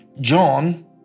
John